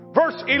verse